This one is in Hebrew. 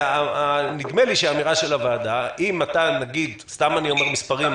נדמה לי שהאמירה של הוועדה סתם אני אומר מספרים,